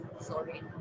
sorry